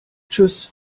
tschüß